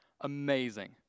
Amazing